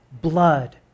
blood